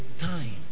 time